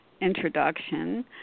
introduction